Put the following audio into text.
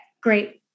Great